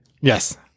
Yes